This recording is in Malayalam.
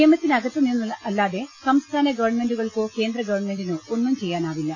നിയമത്തിനകത്ത് നിന്നല്ലാതെ സംസ്ഥാന ഗവർണ്മെന്റു കൾക്കോ കേന്ദ്രഗവർണ്മെന്റിനോ ഒന്നും ചെയ്യാനാവില്ല